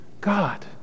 God